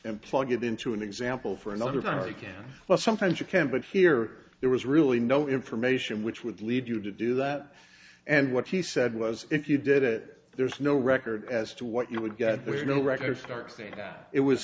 and plug it into an example for another family can well sometimes you can but here there was really no information which would lead you to do that and what he said was if you did it there's no record as to what you would get there no records start think that it was